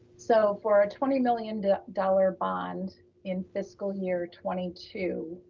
so for a twenty million and dollars bond in fiscal year twenty two,